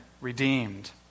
redeemed